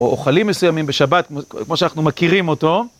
או אוכלים מסוימים בשבת כמו שאנחנו מכירים אותו.